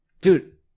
Dude